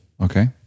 Okay